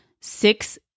six